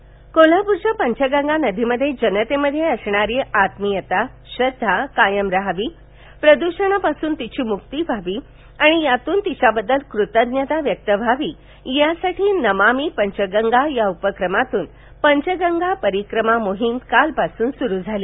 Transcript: बध्यक्षा शौमिका महाडिक कोल्हापूरच्या पंचगंगा नदीबद्दल जनतेमध्ये वसणारी वात्मियता श्रद्वा कायम रहावी प्रदुषणापासून तिची मुक्ती व्हावी आणि यातून तिच्याबद्दल कृतज्ञता व्यक्त व्हावी यासाठी नमामी पंचगंगा या उपक्रमातून पंचगंगा परिक्रमा मोहीम काल पासून सुरु झाली